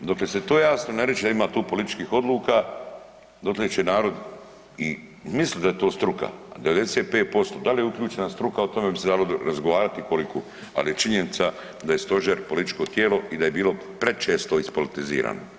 Dok se to jasno ne riješi da ima tu političkih odluka, dotle će narod mislit da je to struka, 95%, dakle uključena struka, o tome bi se dalo razgovarati koliko, ali je činjenica da je stožer političko tijelo i da je bilo prečesto to ispolitizirano.